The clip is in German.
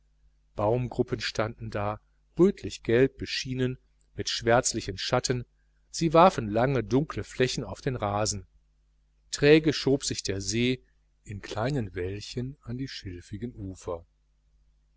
baumgruppen standen da rötlich gelb beschienen mit schwärzlichen schatten sie warfen lange dunkle flächen auf den rasen träge schob sich der see in kleinen weilchen an die schilfigen ufer